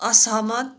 असहमत